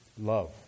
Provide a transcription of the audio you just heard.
love